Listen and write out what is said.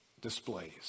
displays